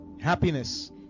happiness